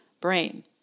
brain